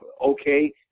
okay